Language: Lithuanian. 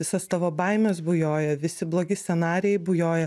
visos tavo baimės bujoja visi blogi scenarijai bujoja